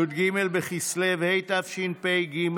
י"ג בכסלו התשפ"ג,